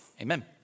Amen